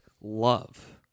love